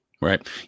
Right